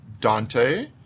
Dante